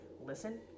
listen